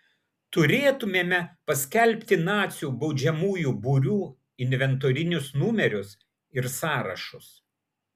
turėtumėme paskelbti nacių baudžiamųjų būrių inventorinius numerius ir sąrašus